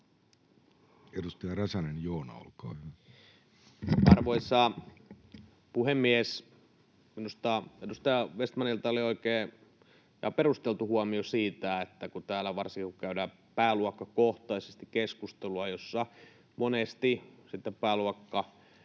Edustaja Räsänen, Joona, olkaa hyvä. Arvoisa puhemies! Minusta edustaja Vestmanilla oli oikein perusteltu huomio siitä, että täällä, varsinkin kun käydään pääluokkakohtaisesti keskustelua — jossa monesti pääluokan